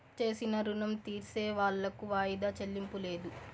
చేసిన రుణం తీర్సేవాళ్లకు వాయిదా చెల్లింపు లేదు